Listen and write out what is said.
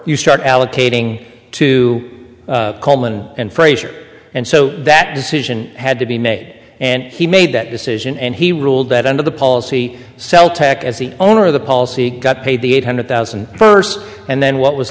you start allocating to coleman and frazier and so that decision had to be made and he made that decision and he ruled that under the policy sell tech as the owner of the policy got paid the eight hundred thousand first and then what was